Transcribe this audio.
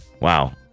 Wow